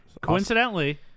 Coincidentally